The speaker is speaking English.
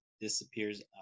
disappears